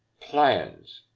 plans,